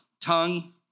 tongue